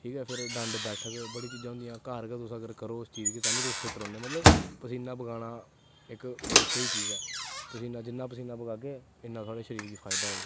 ठीक ऐ फिर डंड बैठक बड़ी चीजां होंदियां घर गै अगर तुस करो उस चीज़ गी तां बी तुस फिट्ट रौह्ने मतलव पसीना बगाना इक बड़ी स्हेई चीज़ ऐ पसीना जिन्ना पसीना बगागे इन्ना थोआढ़े शरीर गी फायदा होग